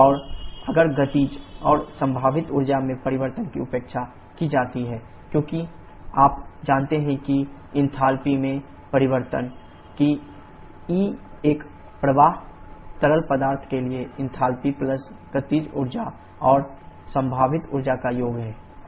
और अगर गतिज और संभावित ऊर्जा में परिवर्तन की उपेक्षा की जाती है e2 e1h2 h1 क्योंकि आप जानते हैं कि न्तल्पी में परिवर्तन कि e एक प्रवाह तरल पदार्थ के लिए न्तल्पी प्लस गतिज ऊर्जा और संभावित ऊर्जा का योग है